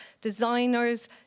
designers